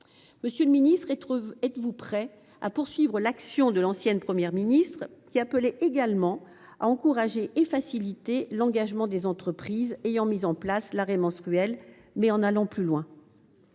Monsieur le ministre, êtes vous prêt à poursuivre l’action de l’ancienne Première ministre, qui appelait également à « encourager et faciliter l’engagement des entreprises » ayant mis en place l’arrêt menstruel, tout en allant plus loin ?